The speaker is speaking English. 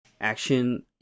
action